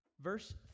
Verse